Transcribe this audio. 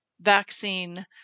vaccine